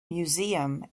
museum